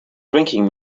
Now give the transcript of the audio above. drinking